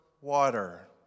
water